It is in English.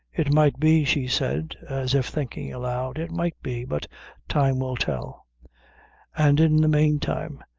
it might be, she said, as if thinking aloud it might be but time will tell and, in the manetime,